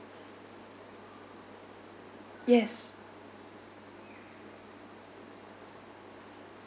yes